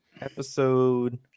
episode